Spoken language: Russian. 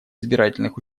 избирательных